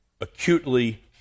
acutely